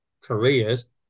careers